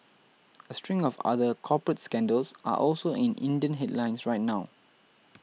a string of other corporates scandals are also in Indian headlines right now